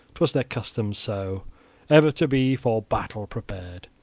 twas their custom so ever to be for battle prepared,